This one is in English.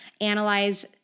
analyze